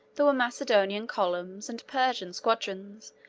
there were macedonian columns, and persian squadrons,